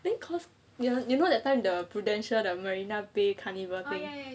then cause ya you know that time the prudential the marina bay carnival thing